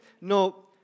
no